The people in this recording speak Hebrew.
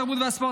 התרבות והספורט,